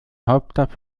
hauptstadt